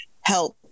help